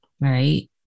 right